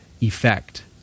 effect